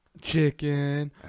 chicken